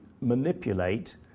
manipulate